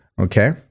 okay